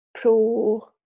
pro-